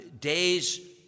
days